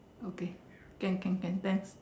okay can can can thanks